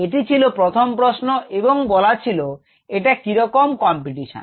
এটি ছিল প্রথম প্রশ্ন এবং বলা ছিল এটা কিরকম কমপিটিশান